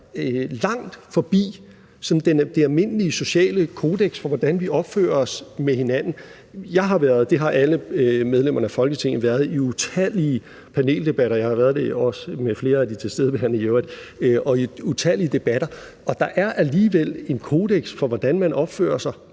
langt forbi den sådan almindelige sociale kodeks for, hvordan vi opfører os over for hinanden. Jeg har været, og det har alle medlemmerne af Folketinget, i utallige paneldebatter – jeg har i øvrigt også været det med flere af de tilstedeværende – og i utallige debatter, og der er alligevel en kodeks for, hvordan man opfører sig.